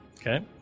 Okay